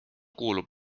kuulub